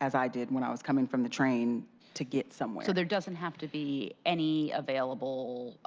as i did when i was coming from the train to get somewhere. there doesn't have to be any available